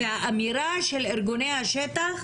והאמירה של ארגוני השטח,